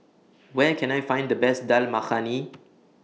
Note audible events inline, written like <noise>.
Where Can I Find The Best Dal Makhani <noise>